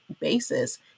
basis